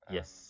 Yes